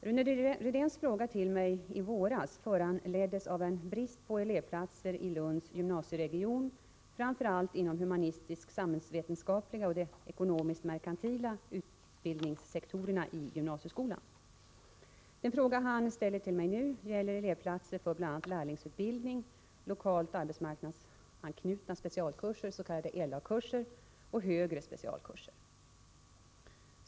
Rune Rydéns fråga till mig i våras föranleddes av en brist på elevplatser i Lunds gymnasieregion, framför allt inom de humanistiskt-samhällsvetenskapliga och ekonomiskt-merkantila utbildningssektorerna i gymnasieskolan. Den fråga som han ställer till mig nu gäller elevplatser för bl.a. lärlingsutbildning, lokalt arbetsmarknadsanknutna specialkurser och högre specialkurser.